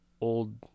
old